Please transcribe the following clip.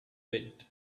bit